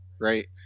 right